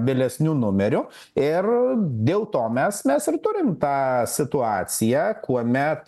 vėlesniu numeriu ir dėl to mes mes ir turim tą situaciją kuomet